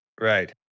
Right